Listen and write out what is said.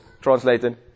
translated